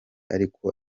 ariko